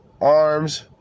arms